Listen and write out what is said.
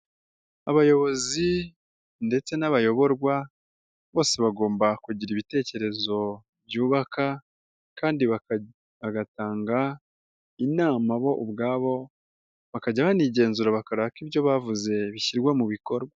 Abayobozi ndetse n'abayoborwa bose bagomba kugira ibitekerezo byubaka, kandi bagatanga inama bo ubwabo bakajya banigenzura bakareba ko ibyo bavuze bishyirwa mu bikorwa.